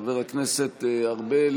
חבר הכנסת ארבל,